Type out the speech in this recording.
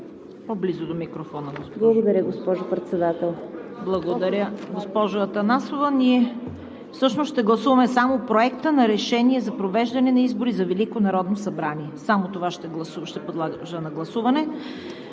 Благодаря, госпожо Председател.